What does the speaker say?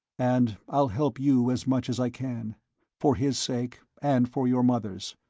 and i'll help you as much as i can for his sake, and for your mother's.